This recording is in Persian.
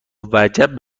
وجب